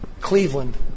Cleveland